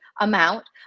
amount